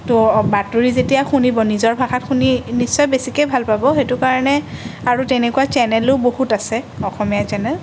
তো বাতৰি যেতিয়া শুনিব নিজৰ ভাষাত শুনি নিশ্চয় বেছিকৈ ভাল পাব সেইটো কাৰণে আৰু তেনেকুৱা চেনেলো বহুত আছে অসমীয়া চেনেল